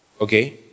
Okay